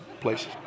places